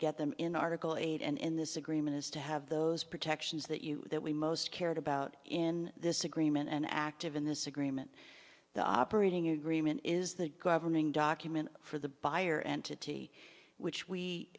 get them in article eight and in this agreement is to have those protections that you that we most cared about in this agreement and active in this agreement the operating agreement is the governing document for the buyer entity which we